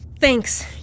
Thanks